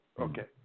Okay